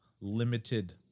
limited